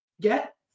get